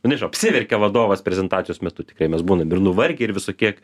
nežinau apsiverkia vadovas prezentacijos metu tikrai mes būnam ir nuvargę ir visokie